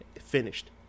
finished